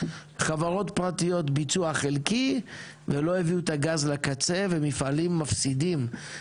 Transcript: חברות פרטיות ביצוע חלקי ולא הביאו את הגז לקצה ומפעלים מפסידים,